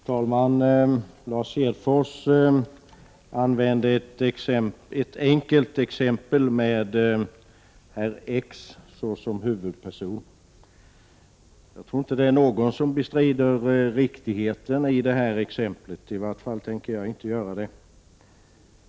Herr talman! Lars Hedfors använde ett enkelt exempel med herr X som huvudperson. Jag tror inte att någon bestrider riktigheten i det exemplet. I vart fall tänker inte jag göra det.